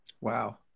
Wow